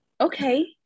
okay